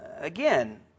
Again